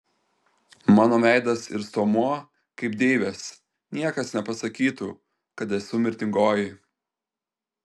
mano veidas ir stuomuo kaip deivės niekas nepasakytų kad esu mirtingoji